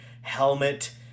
helmet